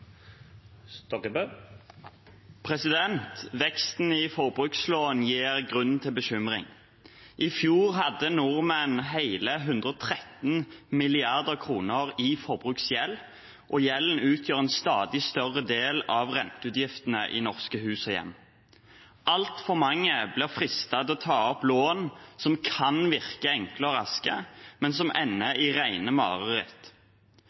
Veksten i forbrukslån gir grunn til bekymring. I fjor hadde nordmenn hele 113 mrd. kr i forbruksgjeld, og gjelden utgjør en stadig større del av renteutgiftene i norske hus og hjem. Altfor mange blir fristet til å ta opp lån som kan virke enkle og raske, men som